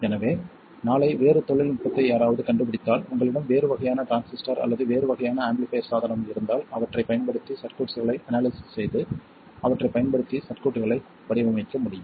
எனவே நாளை வேறு தொழில்நுட்பத்தை யாராவது கண்டுபிடித்தால் உங்களிடம் வேறு வகையான டிரான்சிஸ்டர் அல்லது வேறு வகையான ஆம்பிளிஃபைர் சாதனம் இருந்தால் அவற்றைப் பயன்படுத்தி சர்க்யூட்ஸ்களை அனாலிசிஸ் செய்து அவற்றைப் பயன்படுத்தி சர்க்யூட்ஸ்களை வடிவமைக்கவும் முடியும்